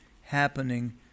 happening